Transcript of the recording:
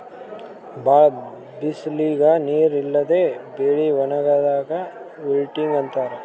ಭಾಳ್ ಬಿಸಲಿಗ್ ನೀರ್ ಇಲ್ಲದೆ ಬೆಳಿ ಒಣಗದಾಕ್ ವಿಲ್ಟಿಂಗ್ ಅಂತಾರ್